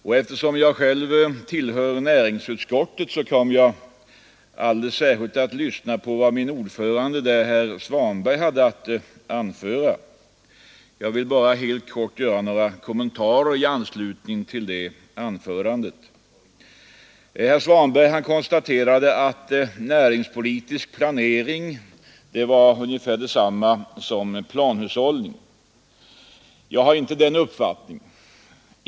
Och eftersom jag själv tillhör näringsutskottet kom jag alldeles särskilt att lyssna på vad min ordförande där, herr Svanberg, hade att anföra. Jag vill nu bara helt kort göra några kommentarer i anslutning till det anförandet. Herr Svanberg konstaterade att näringspolitisk planering var ungefär detsamma som planhushållning. Jag har inte den uppfattningen.